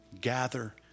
gather